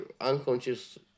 unconscious